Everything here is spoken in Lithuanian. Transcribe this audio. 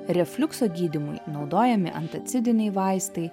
refliukso gydymui naudojami antacidiniai vaistai